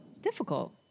difficult